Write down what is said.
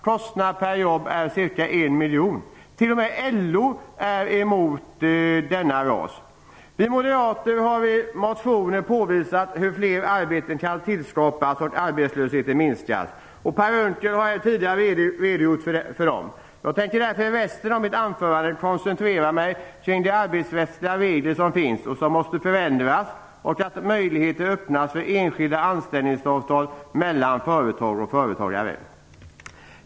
Kostnaden per jobb är ca 1 miljon kronor. T.o.m. LO är emot RAS. Vi moderater har i motioner påvisat hur fler arbeten kan tillskapas och arbetslösheten minskas. Per Unckel har tidigare redogjort för detta. Jag tänker därför i återstoden av mitt anförande koncentrera mig på de arbetsrättliga regler som finns och som måste förändras. Möjligheter måste öppnas för enskilda anställningsavtal mellan företag och företagare.